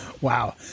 Wow